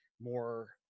more